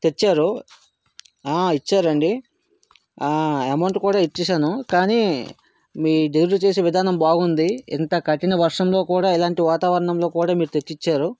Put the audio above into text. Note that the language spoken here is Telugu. తెచ్చారు ఇచ్చారు అండి అమౌంట్ కూడా ఇచ్చేశాను కాని మీ డెలివరీ చేసే విధానం బాగుంది ఇంత కఠిన వర్షంలో కూడా ఇలాంటి వాతావరణం కూడా మీరు తెచ్చి ఇచ్చారు